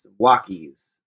walkies